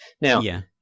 Now